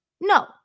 No